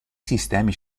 sistemi